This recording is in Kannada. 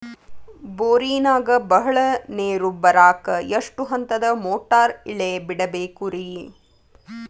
ಬೋರಿನಾಗ ಬಹಳ ನೇರು ಬರಾಕ ಎಷ್ಟು ಹಂತದ ಮೋಟಾರ್ ಇಳೆ ಬಿಡಬೇಕು ರಿ?